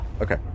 Okay